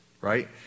right